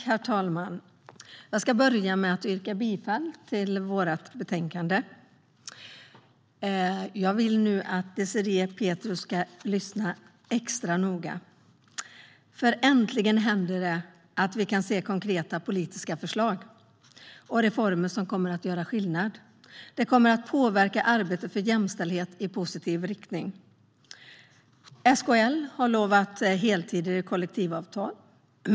Herr talman! Jag ska börja med att yrka bifall till utskottets förslag. Jag vill nu att Désirée Pethrus ska lyssna extra noga, för äntligen händer det att vi kan se konkreta politiska förslag och reformer som kommer att göra skillnad. Det kommer att påverka arbetet för jämställdhet i positiv riktning. SKL har lovat heltider i kollektivavtal.